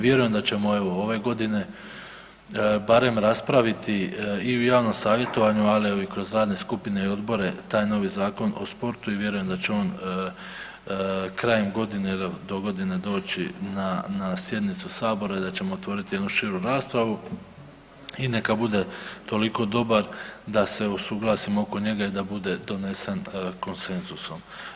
Vjerujem da ćemo ove godine barem raspraviti i u javnom savjetovanju, ali i kroz radne skupine i odbore taj novi Zakon o sportu i vjerujem da će on krajem godine ili dogodine doći na sjednicu Sabora i da ćemo otvoriti jednu širu raspravu i neka bude toliko dobar da se usuglasimo oko njega i da bude donesen konsenzusom.